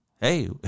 Hey